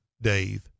Dave